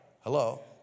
Hello